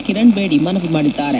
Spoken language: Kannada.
ಕಿರಣ್ ಬೇಡಿ ಮನವಿ ಮಾಡಿದ್ದಾರೆ